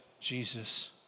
Jesus